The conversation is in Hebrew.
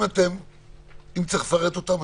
אם צריך לפרט אותם,